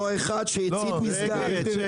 אותו אחד שהצית מסגד.